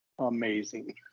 amazing